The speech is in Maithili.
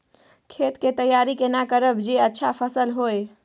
खेत के तैयारी केना करब जे अच्छा फसल होय?